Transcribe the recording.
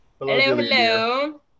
Hello